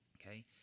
Okay